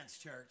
church